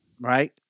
right